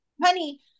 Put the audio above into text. honey